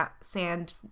sand